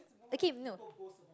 okay mil~